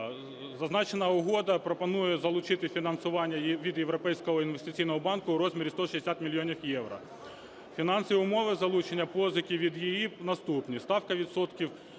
Зазначена угода пропонує залучити фінансування від Європейського інвестиційного банку у розмірі 160 мільйонів євро. Фінансові умови залучення позики від ЄІБ наступні. Ставка відсотків